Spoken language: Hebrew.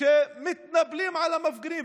שמתנפלים על המפגינים,